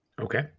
Okay